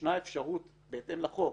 ישנה אפשרות, בהתאם לחוק,